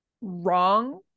wrong